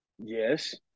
Yes